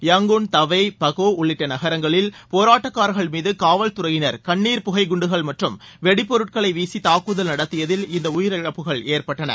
Yangon Dawei Bago உள்ளிட்ட நகரங்களில் போராட்டக்காரர்கள் மீது காவல் துறையினர் கண்ணீர் புகை குண்டுகள் மற்றம் வெடி பொருட்களை வீசி தாக்குதல் நடத்தியதில் இந்த உயிரிழப்புகள் ஏற்பட்டன